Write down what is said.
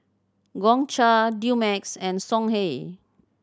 Gongcha Dumex and Songhe